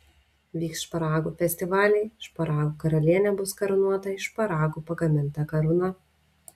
vyks šparagų festivaliai šparagų karalienė bus karūnuota iš šparagų pagaminta karūna